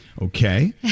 Okay